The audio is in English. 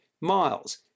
Miles